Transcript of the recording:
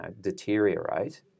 deteriorate